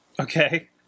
Okay